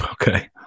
Okay